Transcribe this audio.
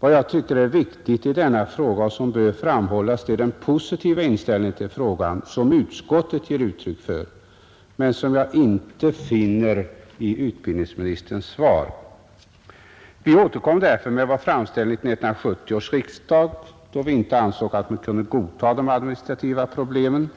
Vad jag tycker är viktigt här och vad som bör framhållas är den positiva inställning till frågan som utskottet gav uttryck för men som jag inte finner i utbildningsministerns svar. Vi återkom därför med vår framställning till 1970 års riksdag, eftersom vi inte ansåg oss kunna godta påståendet att de administrativa problemen